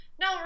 no